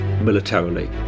militarily